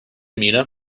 mina